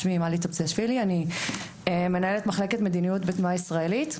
אני מנהלת מחלקת מדיניות בתנועה ישראלית.